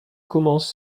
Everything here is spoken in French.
commence